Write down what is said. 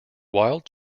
wild